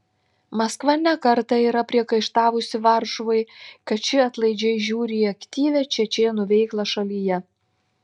maskva ne kartą yra priekaištavusi varšuvai kad ši atlaidžiai žiūri į aktyvią čečėnų veiklą šalyje